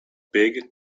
big